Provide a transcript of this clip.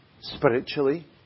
spiritually